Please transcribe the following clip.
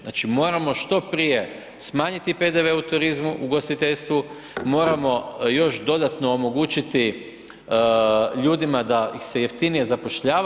Znači, moramo što prije smanjiti PDV u turizmu, u ugostiteljstvu, moramo još dodatno omogućiti ljudima da ih se jeftinije zapošljava.